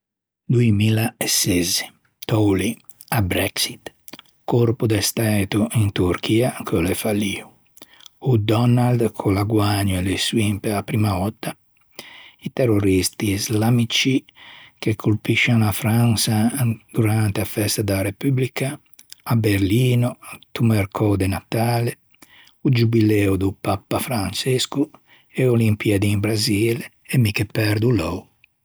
Doimillaesezze, t'ô lì a Brexit, corpo de stæto in Turchia ch'ô l'é fallio, o Donald ch'ô l'à guägno e eleçioin pe-a primma vòtta, i terroristi islamici che colpiscian a Fransa durante a festa da repubrica, à Berlino into mercou de Natale, o giubileo do pappa Françesco e olimpiadi in Brasile e mi che perdo o lou